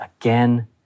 again